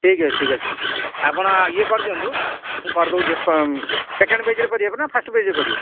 ଠିକ୍ ଅଛି ଠିକ୍ ଅଛି ଆପଣ ଇଏ କରିଦିଅନ୍ତୁ ମୁଁ କରିଦେଉଛି ସେକେଣ୍ଡ ପେଜ୍ରେ କରିବେ ଆପଣ ନା ଫାଷ୍ଟ ପେଜ୍ରେ କରିବେ